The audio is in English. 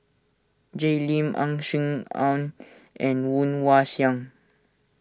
Jay Lim Ang Aun and Woon Wah Siang